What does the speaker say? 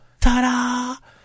Ta-da